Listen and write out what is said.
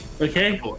Okay